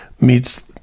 meets